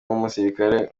nk’umusirikare